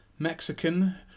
Mexican